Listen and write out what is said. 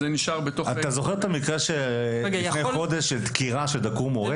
אתה זוכר את המקרה של דקירה לפני חודש שדקרו מורה?